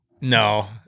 No